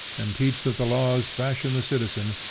and teach that the laws fashion the citizen,